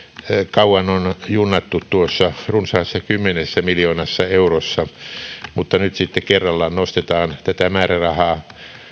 kauan on on junnattu runsaassa kymmenessä miljoonassa eurossa mutta nyt sitten kerralla nostetaan tätä määrärahaa